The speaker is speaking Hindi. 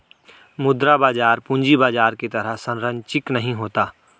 मुद्रा बाजार पूंजी बाजार की तरह सरंचिक नहीं होता